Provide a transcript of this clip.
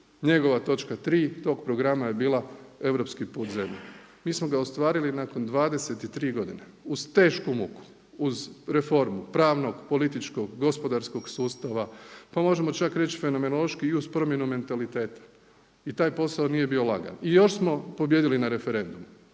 njegova točka tri tog programa je bila europski … Mi smo ga ostvarili nakon 23 godine uz tešku muku, uz reformu pravnog, političkog, gospodarskog sustava, pa možemo čak reći fenomenološki i uz promjenu mentaliteta i taj posao nije bio ni lagan i još smo pobijedili na referendumu